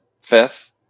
fifth